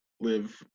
live